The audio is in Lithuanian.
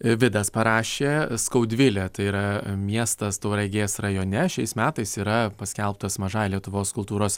vidas parašė skaudvilė tai yra miestas tauragės rajone šiais metais yra paskelbtas mažąja lietuvos kultūros